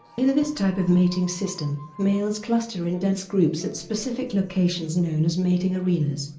in this type of mating system, males cluster in dense groups at specific locations known as mating arenas.